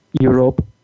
Europe